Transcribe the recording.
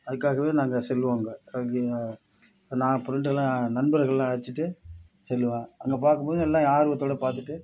அதுக்கு ஆகவே நாங்கள் செல்வோம் அங்கே நான் பிரண்ட்டெல்லாம் நண்பர்களெலாம் அழைச்சிட்டு செல்வேன் அங்கே பார்க்கும்போது எல்லாம் ஆர்வத்தோடு பார்த்துட்டு